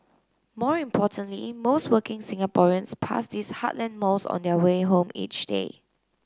more importantly most working Singaporeans pass these heartland malls on their way home each day